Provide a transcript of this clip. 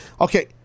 Okay